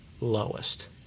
lowest